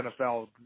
NFL